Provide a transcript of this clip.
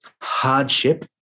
hardship